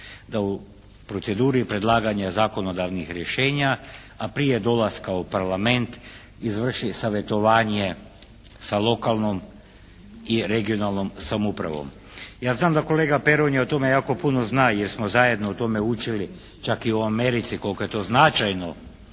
da u proceduri predlaganja zakonodavnih rješenja a prije dolaska u parlament izvrši savjetovanje sa lokalnom i regionalnom samoupravom. Ja znam da kolega Peronja o tome jako puno zna, jer smo zajedno o tome učili čak i u Americi koliko je to značajno,